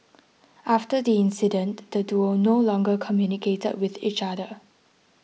after the incident the duo no longer communicated with each other